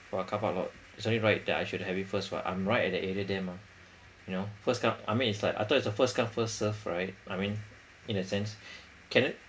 for a car park lot it's only right that I should have it first [what] I'm right at the area there mah you know first come I mean it's like I thought it's a first come first serve right I mean in a sense can it